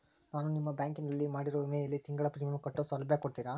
ನಾನು ನಿಮ್ಮ ಬ್ಯಾಂಕಿನಲ್ಲಿ ಮಾಡಿರೋ ವಿಮೆಯಲ್ಲಿ ತಿಂಗಳ ಪ್ರೇಮಿಯಂ ಕಟ್ಟೋ ಸೌಲಭ್ಯ ಕೊಡ್ತೇರಾ?